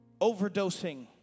overdosing